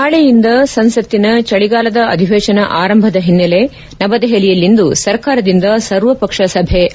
ನಾಳೆಯಿಂದ ಸಂಸತ್ತಿನ ಚಳಿಗಾಲದ ಅಧಿವೇಶನ ಆರಂಭದ ಹಿನ್ನೆಲೆ ನವದೆಹಲಿಯಲ್ಲಿಂದು ಸರ್ಕಾರದಿಂದ ಸರ್ವಪಕ್ಷ ಸಭೆ ಆಯೋಜನೆ